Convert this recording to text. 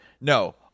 no